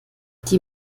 die